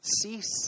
cease